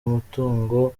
amatungo